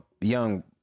young